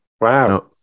Wow